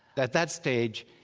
that that stage,